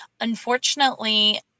unfortunately